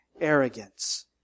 arrogance